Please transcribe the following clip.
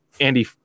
Andy